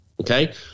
Okay